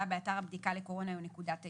באתר הבדיקה לקורונה או נקודת האיסוף,